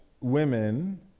women